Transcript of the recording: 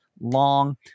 long